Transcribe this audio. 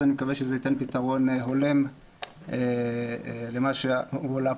אני מקווה שזה יתן פתרון הולם למה שעלה כאן.